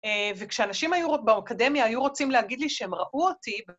וכשאנשים באקדמיה היו רוצים להגיד לי שהם ראו אותי...